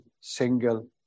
single